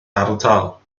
ardal